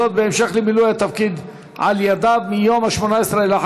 זאת בהמשך למילוי התפקיד על ידיו מיום 18 בנובמבר